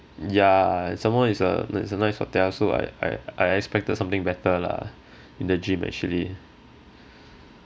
ya some more is a is a nice hotel so I I I expected something better lah in the gym actually